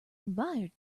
admired